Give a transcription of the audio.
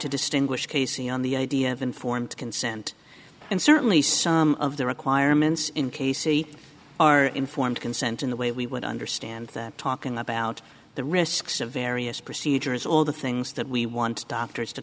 to distinguish casey on the idea of informed consent and certainly some of the requirements in casey are informed consent in the way we would understand that talking about the risks of various procedures all the things that we want doctors to